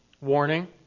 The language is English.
Warning